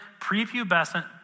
prepubescent